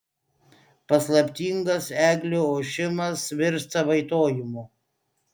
paslaptingas eglių ošimas virsta vaitojimu